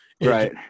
Right